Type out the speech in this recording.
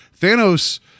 Thanos